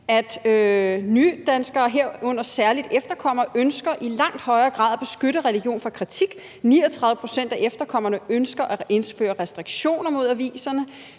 at nydanskere, herunder særlig efterkommere, i langt højere grad ønsker at beskytte religion fra kritik, 39 pct. af efterkommerne ønsker, at der indføres restriktioner mod aviserne,